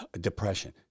depression